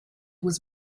was